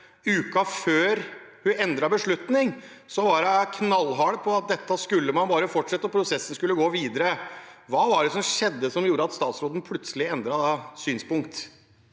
uken før hun endret beslutning, var knallhard på at dette skulle man bare fortsette med, og prosessen skulle gå videre. Hva var det som skjedde, som gjorde at statsråden plutselig endret synspunkt?